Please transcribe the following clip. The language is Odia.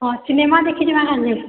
ହଁ ସିନେମା ଦେଖିଯିବା କାଲି